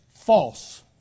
false